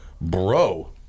Bro